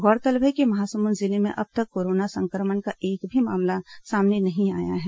गौरतलब है कि महासमुंद जिले में अब तक कोरोना संक्रमण का एक भी मामला सामने नहीं आया है